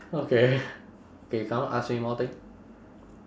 okay K come ask me more thing